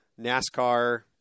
NASCAR